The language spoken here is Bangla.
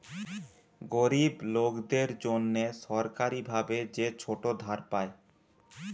গরিব লোকদের জন্যে সরকারি ভাবে যে ছোট ধার পায়